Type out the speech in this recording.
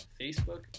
Facebook